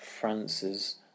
France's